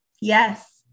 Yes